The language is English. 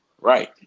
Right